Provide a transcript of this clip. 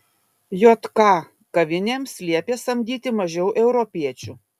jk kavinėms liepė samdyti mažiau europiečių